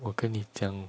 我跟你讲